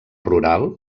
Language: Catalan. rural